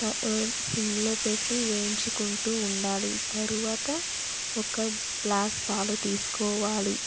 త సిమ్లో పెట్టి వేయించుకుంటూ ఉండాలి తర్వాత ఒక గ్లాస్ పాలు తీసుకోవాలి